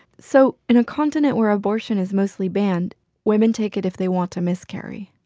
so in a continent where abortion is mostly banned, women take it if they want to miscarry.